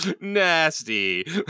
Nasty